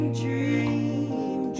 dream